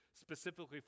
specifically